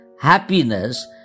Happiness